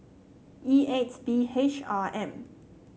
E eight B H R M